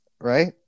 right